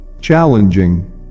Challenging